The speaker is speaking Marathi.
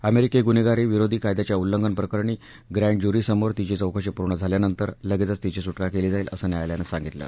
अमेरिकी गुन्हेगारी विरोधी कायद्याच्या उल्लंघन प्रकरणी ग्रँड ज्युरीसमोर तिची चौकशी पूर्ण झाल्यानंतर लगेचच तिची सुटका केली जाईल असं न्यायालयानं सांगितलं